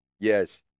Yes